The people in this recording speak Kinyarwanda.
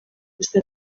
gusa